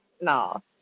no